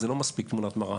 אבל זה לא מספיק תמונת מראה.